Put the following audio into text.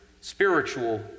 spiritual